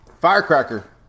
Firecracker